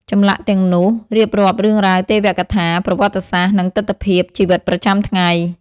ចម្លាក់ទាំងនោះរៀបរាប់រឿងរ៉ាវទេវកថា ប្រវត្តិសាស្ត្រ និងទិដ្ឋភាពជីវិតប្រចាំថ្ងៃ។